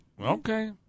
Okay